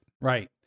Right